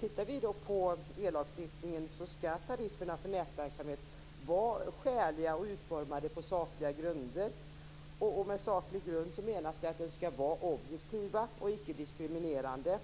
Tittar vi på ellagstiftningen ser vi att tarifferna för nätverksamhet skall vara skäliga och utformade på sakliga grunder. Med saklig grund menas att det hela skall vara objektivt och icke diskriminerade.